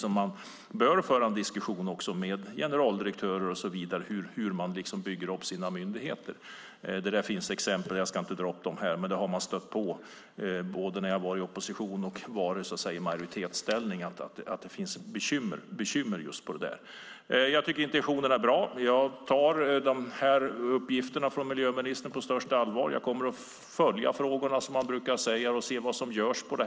Man bör föra en diskussion med generaldirektörer och så vidare om hur de bygger upp sina myndigheter. Att det finns bekymmer med detta har jag stött på både i oppositions och majoritetsställning. Intentionerna är bra. Jag tar uppgifterna från miljöministern på största allvar. Jag kommer att följa frågorna och se vad som görs.